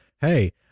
Hey